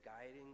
guiding